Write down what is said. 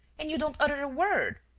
and you don't utter a word!